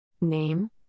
Name